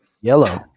Yellow